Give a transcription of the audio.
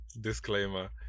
disclaimer